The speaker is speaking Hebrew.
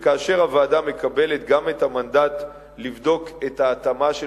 וכאשר הוועדה מקבלת גם את המנדט לבדוק את ההתאמה של